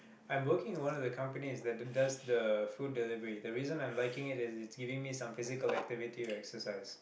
I'm working in one of the companies that does the food delivery the reason I'm liking it is it's giving me some physical activity to exercise